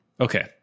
Okay